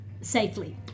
safely